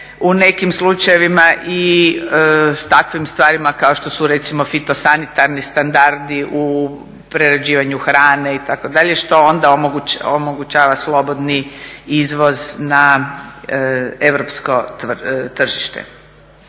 U nekim slučajevima i takvim stvarima kao što su recimo fitosanitarni standardi u prerađivanju hrane itd., što onda omogućava slobodni izvoz na europsko tržište.